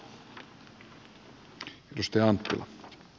arvoisa puhemies